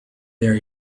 there